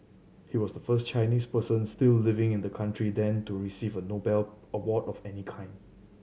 he was the first Chinese person still living in the country then to receive a Nobel award of any kind